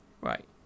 Right